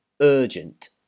urgent